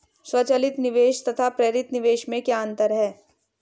स्वचालित निवेश तथा प्रेरित निवेश में क्या अंतर है?